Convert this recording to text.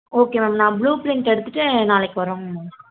okay ma'am நான் blueprint எடுத்துகிட்டு நாளைக்கு வரோங்க மேம்